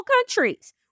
countries